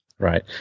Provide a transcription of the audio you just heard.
Right